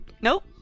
nope